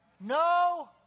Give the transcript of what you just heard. no